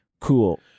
cool